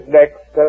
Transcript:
next